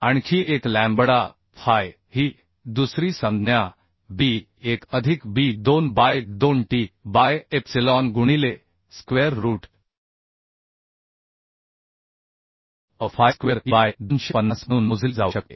आणखी एक lambda phi ही दुसरी संज्ञा b 1 अधिक b 2बाय 2 टी बाय एप्सिलॉन गुणिले square root of phi square e by 250 म्हणून मोजली जाऊ शकते